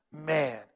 Man